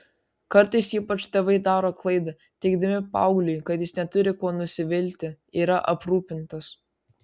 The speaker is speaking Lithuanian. kartais ypač tėvai daro klaidą teigdami paaugliui kad jis neturi kuo nusivilti yra aprūpintas